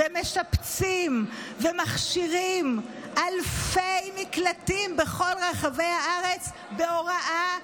משפצים ומכשירים אלפי מקלטים בכל רחבי הארץ בהוראה,